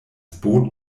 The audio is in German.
boot